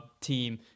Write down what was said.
team